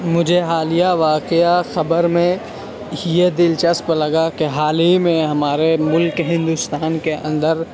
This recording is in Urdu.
مجھے حالیہ واقعہ خبر میں یہ دلچسپ لگا کہ حال ہی میں ہمارے ملک ہندوستان کے اندر